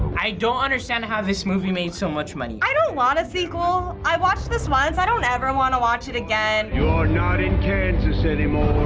i don't understand how this movie made so much money. i don't want a sequel. i watched this once. i don't ever wanna watch it again. you're not in kansas anymore.